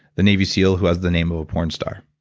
the navy seal who has the name of a porn star.